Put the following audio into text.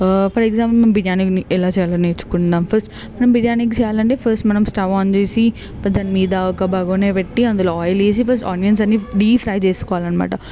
for example biryani ఎలా చేయాలో నేర్చుకుందాం ఫస్ట్ మనం బిర్యానికి చేయాలంటే ఫస్ట్ మనం స్టవ్ ఆన్ చేసి దాని మీద బగొన పెట్టి అందులో ఆయిల్ వేసి ఆనియన్స్ అన్ని డీప్ ఫ్రై చేసుకోవాలి అన్నమాట